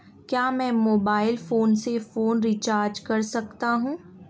क्या मैं mobile phone से फोन रिचार्ज कर सकता हूं?